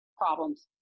problems